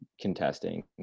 contesting